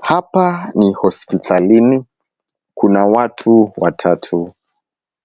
Hapa ni hospitalini. Kuna watu watatu.